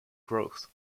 growth